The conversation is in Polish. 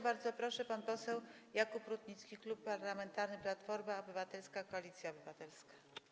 Bardzo proszę, pan poseł Jakub Rutnicki, Klub Parlamentarny Platforma Obywatelska - Koalicja Obywatelska.